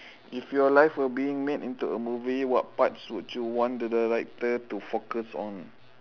if your life were being make into a movie what parts would you want the director to focus on